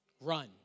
Run